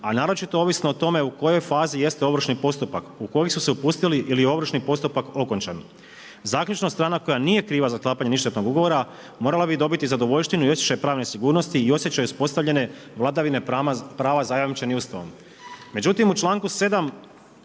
a naročito ovisno o tome u kojoj fazi jeste ovršni postupak u koji su se upustili ili je ovršni postupak okončan. Zaključna strana koja nije kriva za sklapanje ništetnog ugovora morala bi dobiti zadovoljštinu i osjećaj pravne sigurnosti i osjećaj uspostavljene vladavine prava zajamčeni Ustavom.